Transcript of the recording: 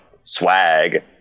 swag